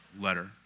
letter